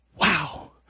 wow